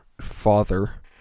father